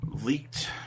leaked